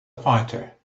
fighter